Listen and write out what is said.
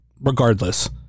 regardless